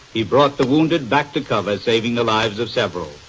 he brought the wounded back to cover, saving the lives of several.